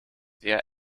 eher